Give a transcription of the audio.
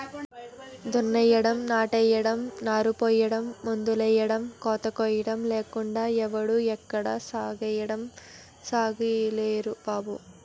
దున్నడం, నాట్లెయ్యడం, నారుపొయ్యడం, మందులెయ్యడం, కోతకొయ్యడం లేకుండా ఎవడూ ఎక్కడా ఎగసాయం సెయ్యలేరు బాబూ